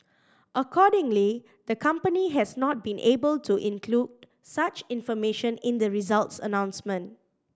accordingly the company has not been able to include such information in the results announcement